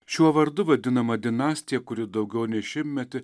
šiuo vardu vadinama dinastija kuri daugiau nei šimtmetį